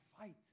fight